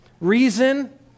reason